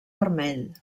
vermell